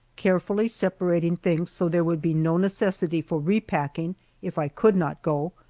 carefully separating things so there would be no necessity for repacking if i could not go,